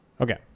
Okay